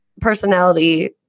personality